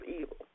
evil